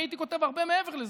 אני הייתי כותב הרבה מעבר לזה.